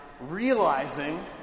realizing